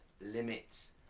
limits